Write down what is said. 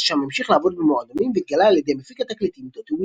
שם המשיך לעבוד במועדונים והתגלה על ידי מפיק התקליטים דוטי ויליאמס.